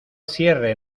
cierre